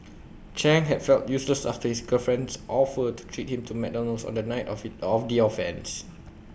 chang had felt useless after his girlfriend's offer to treat him to McDonald's on the night of IT of the offence